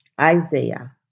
Isaiah